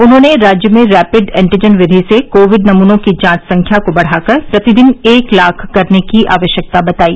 उन्होंने राज्य में रैपिड एंटीजन विधि से कोविड नमूनों की जांच संख्या को बढ़ाकर प्रतिदिन एक लाख करने की आवश्यकता बताई